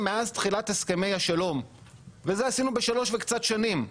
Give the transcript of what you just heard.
מאז תחילת הסכמי השלום ואת זה עשינו בשלוש וקצת שנים.